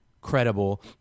credible